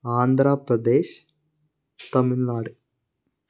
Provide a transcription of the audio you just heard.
Andhra Pradesh Tamil Nadu